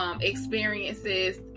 experiences